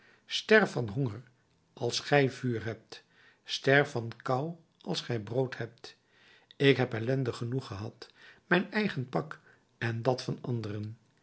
van honger als gij vuur hebt sterf van kou als gij brood hebt ik heb ellende genoeg gehad mijn eigen pak en dat van anderen